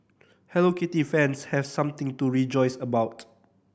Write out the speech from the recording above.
Hello Kitty fans have something to rejoice about